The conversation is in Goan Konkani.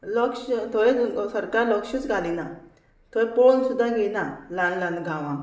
लक्ष थंय सरकार लक्षूच घालिना थंय पळोवन सुद्दां घेयना ल्हान ल्हान गांवांक